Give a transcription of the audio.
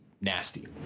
nasty